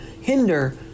hinder